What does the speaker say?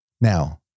Now